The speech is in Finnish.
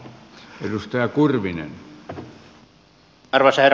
arvoisa herra puhemies